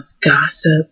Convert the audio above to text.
gossip